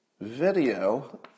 Video